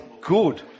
good